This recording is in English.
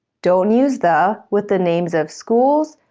don't use the with the names of schools,